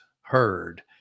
heard